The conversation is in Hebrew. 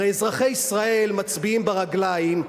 הרי אזרחי ישראל מצביעים ברגליים,